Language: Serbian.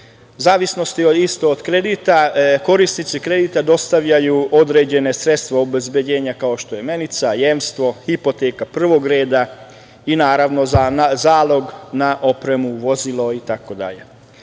zavisnosti od kredita korisnici kredita dostavljaju određena sredstva obezbeđenja, kao što je menica, jemstvo, hipoteka prvog reda i naravno zalog na opremu, vozilo